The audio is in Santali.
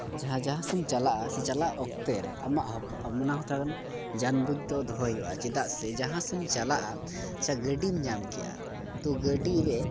ᱡᱟᱦᱟᱸ ᱡᱟᱦᱟᱸ ᱥᱮᱫ ᱤᱧ ᱪᱟᱞᱟᱜᱼᱟ ᱥᱮ ᱪᱟᱞᱟᱜ ᱚᱠᱛᱮ ᱨᱮ ᱟᱢᱟᱜ ᱡᱟᱱ ᱵᱩᱡᱽ ᱫᱚ ᱫᱚᱦᱚᱭ ᱦᱩᱭᱩᱜᱼᱟ ᱪᱮᱫᱟᱜ ᱥᱮ ᱡᱟᱦᱟᱸ ᱥᱮᱫ ᱮᱢ ᱪᱟᱞᱟᱜᱼᱟ ᱥᱮ ᱜᱟᱹᱰᱤᱢ ᱧᱟᱢ ᱠᱮᱜᱼᱟ ᱛᱳ ᱜᱟᱹᱰᱤᱨᱮ